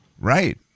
Right